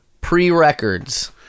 Pre-records